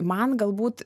man galbūt